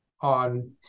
on